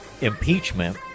impeachment